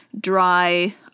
dry